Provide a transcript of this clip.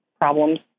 problems